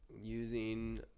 using